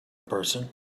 person